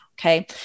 okay